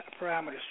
parameters